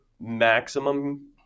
maximum